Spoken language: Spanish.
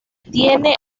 tiene